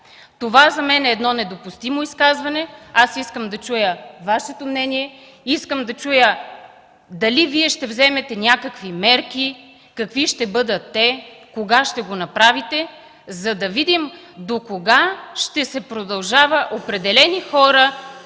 Това за мен е едно недопустимо изказване. Аз искам да чуя Вашето мнение, искам да чуя дали Вие ще вземете някакви мерки, какви ще бъдат те, кога ще го направите, за да видим докога ще се продължава определени хора...